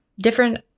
different